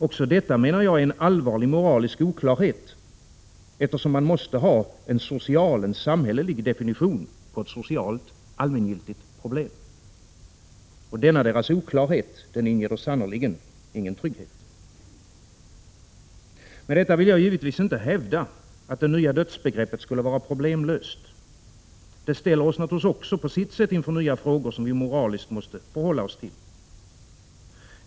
Också detta är en allvarlig moralisk oklarhet, eftersom det måste finnas en social, samhällelig definition på ett socialt allmängiltigt problem. Denna deras oklarhet ger sannerligen ingen trygghet. Med detta vill jag givetvis inte hävda att det nya dödsbegreppet skulle vara problemlöst. Det ställer oss naturligtvis inför nya frågor, som vi moraliskt måste förhålla oss till.